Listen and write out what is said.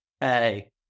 Hey